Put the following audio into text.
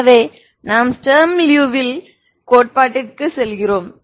எனவே நாம் Sturm Liouville கோட்பாட்டிற்கு செல்கிறோம்